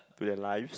to their lives